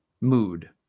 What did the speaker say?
mood